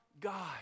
God